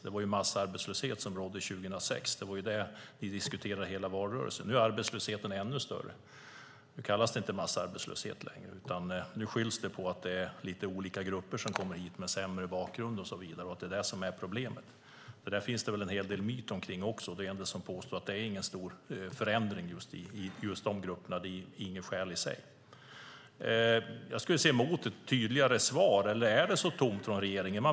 Det var ju "massarbetslöshet" som rådde 2006. Det var det ni diskuterade hela valrörelsen. Nu är arbetslösheten ännu större. Nu kallas det inte massarbetslöshet längre. Nu skylls det på att det är lite olika grupper som kommer hit med sämre bakgrund och att det är det som är problemet. Det finns det väl en hel del myter omkring också. Det finns en del som påstår att det inte är någon stor förändring i de grupperna. Det är inget skäl i sig. Jag skulle se fram emot tydligare svar, eller är det så tomt från regeringens sida?